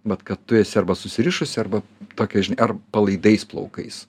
vat kad tu esi arba susirišusi arba tokia žinai ar palaidais plaukais